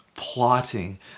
plotting